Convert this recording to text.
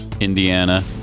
Indiana